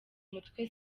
mutwe